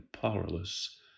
powerless